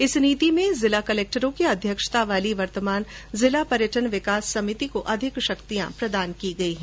इस नीति में जिला कलेक्टरों की अध्यक्षता वाली वर्तमान जिला पर्यटन विकास समिति को अधिक शक्तियां प्रदान की गई हैं